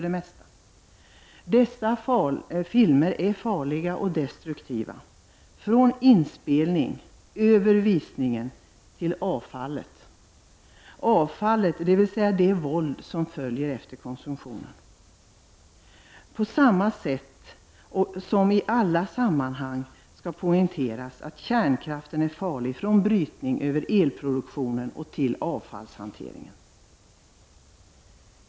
Dessa filmer är farliga och destruktiva från inspelning och visning fram till avfallet, dvs. det våld som följer efter konsumtionen. På samma sätt är kärnkraften farlig från ritning och elproduktion och fram till avfallshanteringen.